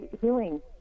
healing